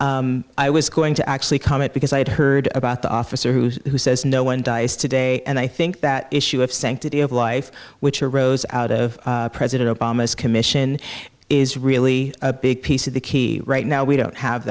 people i was going to actually comment because i had heard about the officer who's who says no one dies today and i think that issue of sanctity of life which arose out of president obama's commission is really a big piece of the key right now we don't have